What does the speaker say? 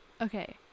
okay